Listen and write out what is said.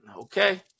okay